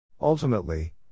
Ultimately